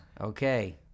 Okay